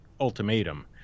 ultimatum